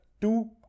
two